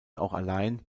allein